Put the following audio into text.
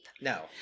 No